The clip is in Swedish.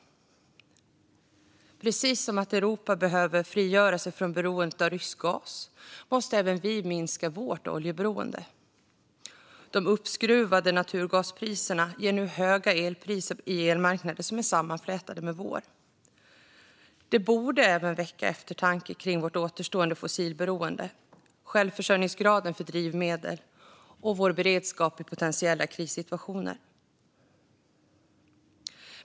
Precis som Europa behöver frigöra sig från beroendet av rysk gas måste även vi minska vårt oljeberoende. De uppskruvade naturgaspriserna ger nu höga elpriser på elmarknader som är sammanflätade med vår. Det borde även väcka eftertanke kring vårt återstående fossilberoende, självförsörjningsgraden för drivmedel och vår beredskap i potentiella krissituationer.